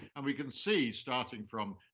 and we can see starting from,